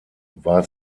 war